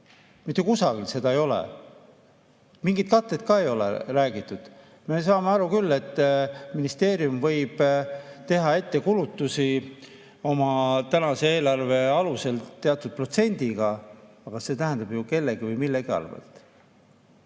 Mitte kusagil seda ei ole, mingist kattest ka ei ole räägitud. Me saame aru küll, et ministeerium võib teha ette kulutusi oma tänase eelarve alusel teatud protsendiga, aga see tähendab ju, et seda tehakse kellegi või